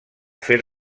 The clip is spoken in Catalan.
fer